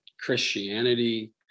Christianity